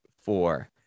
four